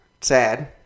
Sad